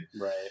right